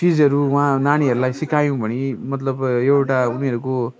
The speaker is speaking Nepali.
चिजहरू वहाँ नानीहरूलाई सिकायौँ भने मतलब यो एउटा उनीहरूको